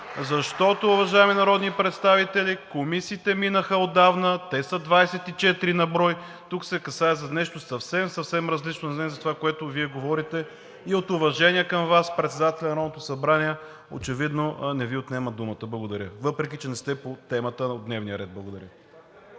защото, уважаеми народни представители, комисиите минаха отдавна – те са 24 на брой. Тук се касае за нещо съвсем, съвсем различно, а не за това, което Вие говорите. От уважение към Вас председателят на Народното събрание очевидно не Ви отнема думата, въпреки че не сте по темата от дневния ред. Благодаря.